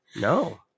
No